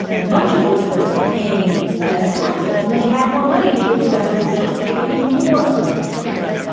much of which was paying less taxes. and then he had more money to give government officials to get even more of what he wanted.